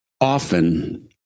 often